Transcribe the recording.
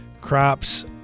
crops